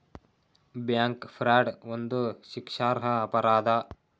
bank fraud ಒಂದು ಶಿಕ್ಷಾರ್ಹ ಅಪರಾಧ